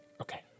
Okay